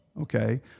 okay